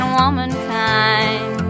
womankind